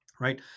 right